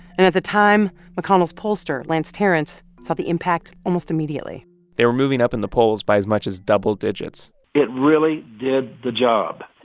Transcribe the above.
and at the time, mcconnell's pollster, lance tarrance, saw the impact almost immediately they were moving up in the polls by as much as double digits it really did the job.